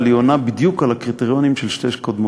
אבל היא עונה בדיוק על הקריטריונים של שתי קודמותיה,